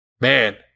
man